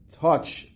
touch